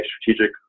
strategic